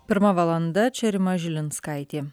pirma valanda čia rima žilinskaitė